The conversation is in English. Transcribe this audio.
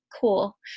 cool